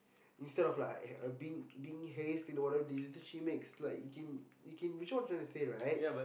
instead of like being being haze in whatever decision she makes you get what I'm tryna say right